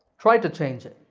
try to change it.